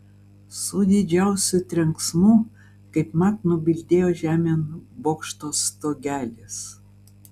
su didžiausiu trenksmu kaip mat nubildėjo žemėn bokšto stogelis